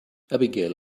abigail